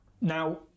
Now